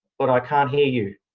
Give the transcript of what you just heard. but i can't hear you.